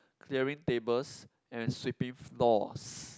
clearing tables and sweeping floors